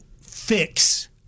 fix